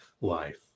life